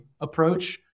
approach